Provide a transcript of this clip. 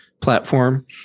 Platform